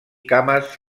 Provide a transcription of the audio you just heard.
cames